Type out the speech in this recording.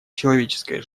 человеческой